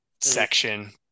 section